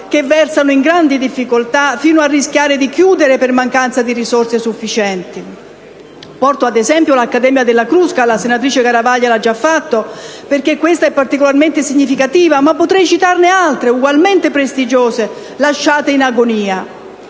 che versano in grandi difficoltà fino a rischiare di chiudere per mancanza di risorse sufficienti. Porto ad esempio l'Accademia della Crusca (la senatrice Garavaglia lo ha già fatto) perché questa è particolarmente significativa, ma potrei citarne altre ugualmente prestigiose, lasciate in agonia.